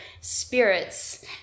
spirits